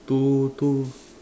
two two